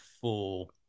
full